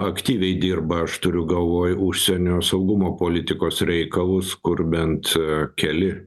aktyviai dirba aš turiu galvoj užsienio saugumo politikos reikalus kur bent keli